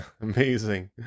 amazing